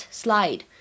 slide